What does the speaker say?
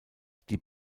die